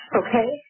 okay